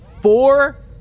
four